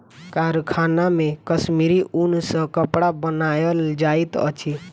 कारखाना मे कश्मीरी ऊन सॅ कपड़ा बनायल जाइत अछि